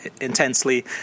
intensely